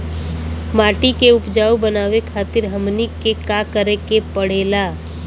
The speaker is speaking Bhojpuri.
माटी के उपजाऊ बनावे खातिर हमनी के का करें के पढ़ेला?